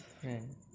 friend